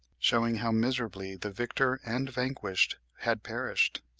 shewing how miserably the victor and vanquished had perished.